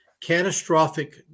catastrophic